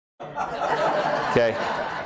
Okay